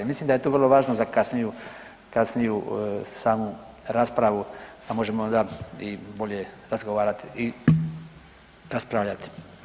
Mislim da je to vrlo važno za kasniju samu raspravu da možemo bolje i razgovarati i raspravljati.